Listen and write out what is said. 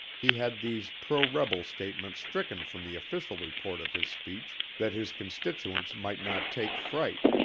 he had these pro-rebel statements stricken from the official report of his speech, that his constituents might not take fright,